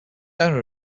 daniel